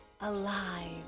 alive